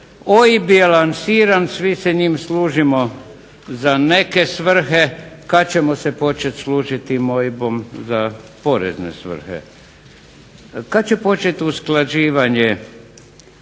OIB je lansiran svi se njim služimo za neke svrhe, kada ćemo se početi služiti OIB-om za porezne svrhe, kada će početi usklađivanje